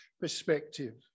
perspective